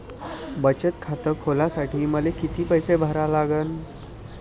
बचत खात खोलासाठी मले किती पैसे भरा लागन?